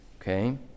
okay